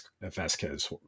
Vasquez